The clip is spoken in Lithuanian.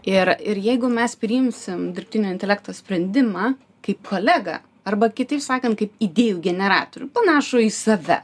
ir ir jeigu mes priimsim dirbtinio intelekto sprendimą kaip kolegą arba kitaip sakant kaip idėjų generatorių panašų į save